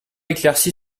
éclairci